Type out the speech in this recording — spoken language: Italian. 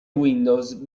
windows